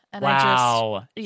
Wow